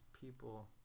people